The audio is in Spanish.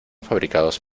fabricados